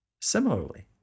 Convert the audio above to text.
Similarly